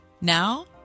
Now